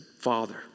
father